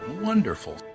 Wonderful